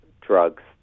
drugs